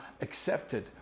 accepted